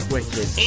Wicked